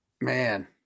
man